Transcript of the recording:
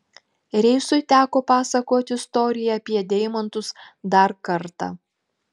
reisui teko pasakoti istoriją apie deimantus dar kartą